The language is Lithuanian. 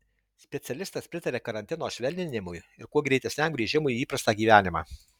specialistas pritaria karantino švelninimui ir kuo greitesniam grįžimui į įprastą gyvenimą